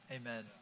Amen